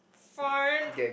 fine